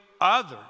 others